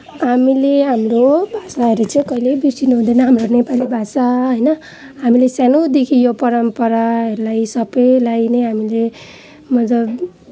हामीले हाम्रो भाषाहरू चाहिँ कहिले बिर्सनु हुँदैन हाम्रो नेपाली भाषा होइन हामीले सानोदेखि यो परम्पराहरूलाई सबलाई नै हामीले मतलब